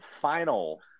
final